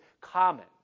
common